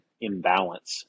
imbalance